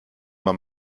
man